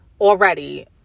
already